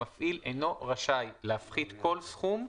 המפעיל אינו רשאי להפחית כל סכום,